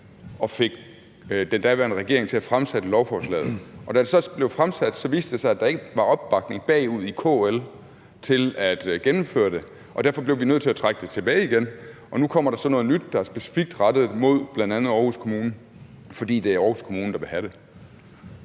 og fik den daværende regering til at fremsætte lovforslaget. Men da det så blev fremsat, viste det sig, at der ikke var opbakning i KL til at gennemføre det, og derfor blev vi nødt til at trække det tilbage igen, og nu kommer der så noget nyt, der er specifikt rettet mod bl.a. Aarhus Kommune, fordi det er Aarhus Kommune, der vil have det.